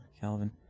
Calvin